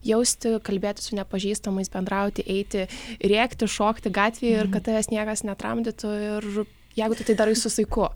jausti kalbėtis su nepažįstamais bendrauti eiti rėkti šokti gatvėje ir kad tavęs niekas netramdytų ir jeigu tu tai darai su saiku